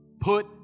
Put